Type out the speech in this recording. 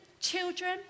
children